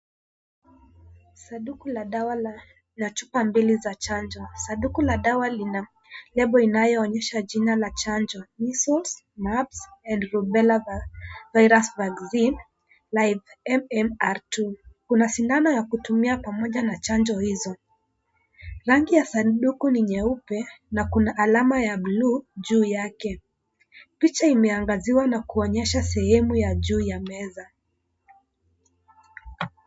Sanduku la dawa la chupa mbili za chanjo, sanduku la dawa lina lebo inayoonyesha jina la chanjo measles mumps and rubella virus vaccine life MMR II , kuna sindano ya kutumia pamoja na chanjo hizo, rangi ya sanduku nyeupe na kuna alama ya bluu juu yake picha imeangaziwa na kuonyesha sehemu ya juu ya meza.